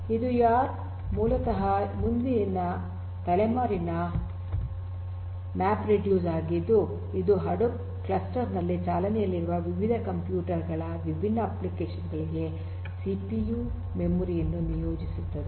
ಇದು ಯಾರ್ನ ಮೂಲತಃ ಮುಂದಿನ ತಲೆಮಾರಿನ ಮ್ಯಾಪ್ರೆಡ್ಯೂಸ್ ಆಗಿದ್ದು ಇದು ಹಡೂಪ್ ಕ್ಲಸ್ಟರ್ ನಲ್ಲಿ ಚಾಲನೆಯಲ್ಲಿರುವ ವಿವಿಧ ಕಂಪ್ಯೂಟರ್ ಗಳ ವಿಭಿನ್ನ ಅಪ್ಲಿಕೇಶನ್ ಗಳಿಗೆ ಸಿಪಿಯು ಮೆಮೊರಿ ಯನ್ನು ನಿಯೋಜಿಸುತ್ತದೆ